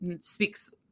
speaks